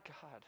God